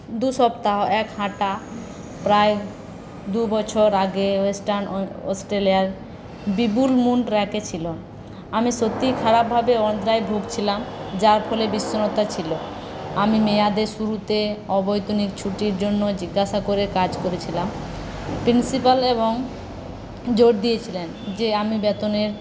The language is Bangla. দু সপ্তাহ এক হাঁটা প্রায় দুবছর আগে ওয়েস্টার্ন অস্ট্রেলিয়ায় দা মুন ট্র্যাকে ছিলাম আমি সত্যি খারাপ ভাবে অনিদ্রায় ভুগছিলাম যার ফলে বিশ্বনাথ ছিল আমি মেয়াদে শুরুতে অবৈতনিক ছুটির জন্য জিজ্ঞাসা করে কাজ করেছিলাম প্রিন্সিপালও জোর দিয়েছিলেন আমি বেতনের